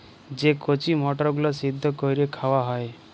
যে কঁচি মটরগুলা সিদ্ধ ক্যইরে খাউয়া হ্যয়